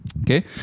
okay